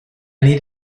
need